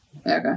Okay